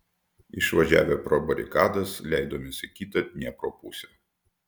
išvažiavę pro barikadas leidomės į kitą dniepro pusę